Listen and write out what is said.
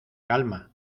calma